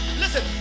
Listen